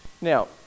Now